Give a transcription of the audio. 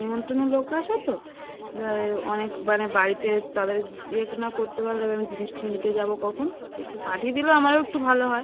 নিমন্ত্রিত লোক আসবে তো এবারে অনেক মানে বাড়িতে তাদের ইয়ে না করতে পারলে এবার জিনিসটা নিতে যাবো কখন একটু পাঠিয়ে দিলে আমারও একটু ভালো হয়